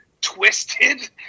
twisted